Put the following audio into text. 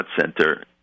Center